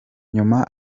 nyuma